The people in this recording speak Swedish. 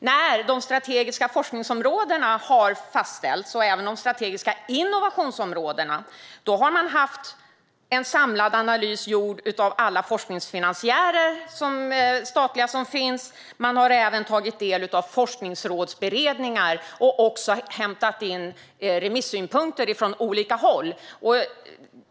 När de strategiska forsknings och innovationsområdena har fastställts har man haft en samlad analys gjord av alla statliga forskningsfinansiärer som finns. Man har även tagit del av forskningsrådsberedningar och inhämtat remissynpunkter från olika håll.